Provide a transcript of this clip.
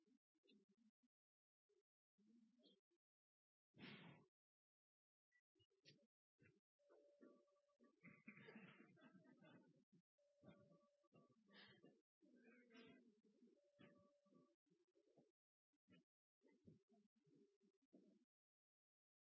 altså